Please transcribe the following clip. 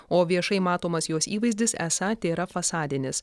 o viešai matomas jos įvaizdis esą tėra fasadinis